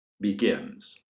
begins